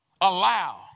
allow